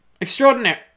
Extraordinary